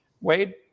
Wade